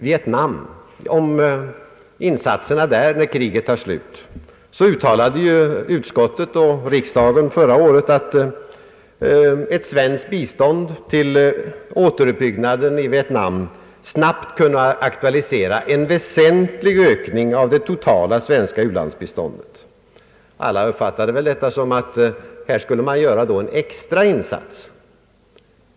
Beträffande våra insatser i Vietnam när kriget tar slut uttalade utskottet och riksdagen förra året att ett svenskt bistånd till återuppbyggnaden i Vietnam snabbt skulle kunna aktualisera en väsentlig ökning av det totala svenska u-landsbiståndet. Alla uppfattade väl detta som ett uttryck för att man då skulle göra en extra insats.